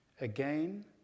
again